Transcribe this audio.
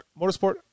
motorsport